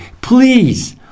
Please